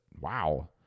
wow